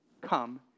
Come